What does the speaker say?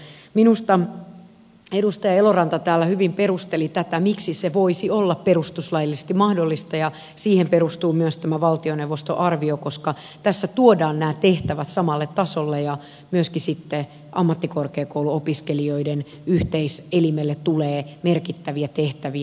minusta edustaja eloranta täällä hyvin perusteli tätä miksi se voisi olla perustuslaillisesti mahdollista ja siihen perustuu myös tämä valtioneuvoston arvio koska tässä tuodaan nämä tehtävät samalle tasolle ja myöskin sitten ammattikorkeakouluopiskelijoiden yhteiselimelle tulee merkittäviä tehtäviä